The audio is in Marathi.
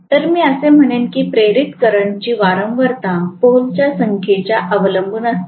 तर मी असे म्हणेन की प्रेरित करंटची वारंवारता पोल च्या संख्येवर अवलंबून असते